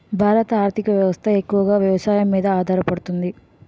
భారత ఆర్థిక వ్యవస్థ ఎక్కువగా వ్యవసాయం మీద ఆధారపడుతుంది